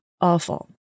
awful